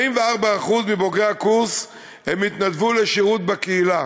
44% מבוגרי הקורס התנדבו לשירות בקהילה.